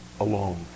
alone